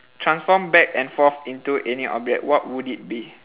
transform back and forth into any object what would it be